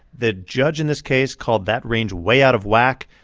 the judge in this case called that range way out of whack.